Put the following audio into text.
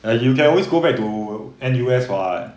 哎 you can always go back to N_U_S [what]